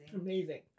Amazing